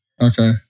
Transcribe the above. Okay